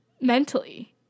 mentally